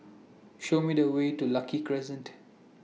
Show Me The Way to Lucky Crescent